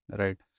right